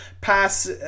Pass